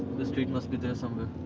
the street must be there somewhere.